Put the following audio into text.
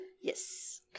Yes